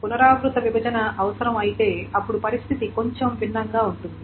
పునరావృత విభజన అవసరం అయితే అప్పుడు పరిస్థితి కొద్దిగా భిన్నంగా ఉంటుంది